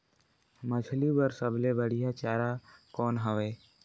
मछरी बर सबले बढ़िया चारा कौन हवय?